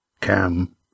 Cam